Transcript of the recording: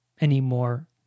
anymore